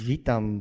Witam